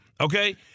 Okay